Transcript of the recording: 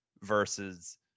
versus